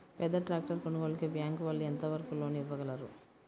పెద్ద ట్రాక్టర్ కొనుగోలుకి బ్యాంకు వాళ్ళు ఎంత వరకు లోన్ ఇవ్వగలరు?